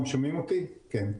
אוקיי.